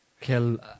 kill